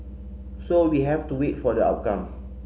so we have to wait for the outcome